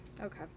Okay